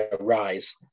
rise